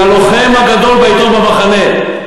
הלוחם הגדול בעיתון המחנה,